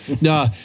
No